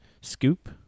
scoop